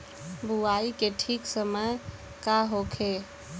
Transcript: बुआई के ठीक समय का होखे?